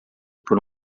por